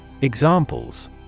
Examples